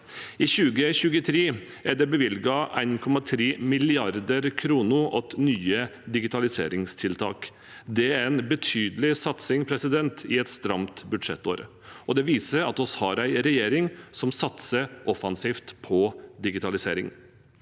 I 2023 er det bevilget 1,3 mrd. kr til nye digitaliseringstiltak. Det er en betydelig satsing i et stramt budsjettår, og det viser at vi har en regjering som satser offensivt på digitalisering.